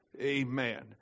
Amen